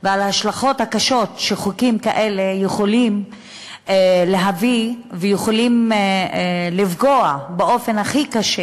והקשות שחוקים כאלה יכולים להביא ויכולים לפגוע באופן הכי קשה